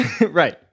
Right